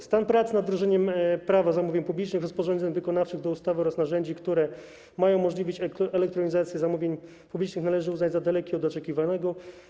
Stan prac nad wdrożeniem Prawa zamówień publicznych, rozporządzeń wykonawczych do ustawy oraz narzędzi, które mają umożliwić elektronizację zamówień publicznych, należy uznać za daleki od oczekiwanego.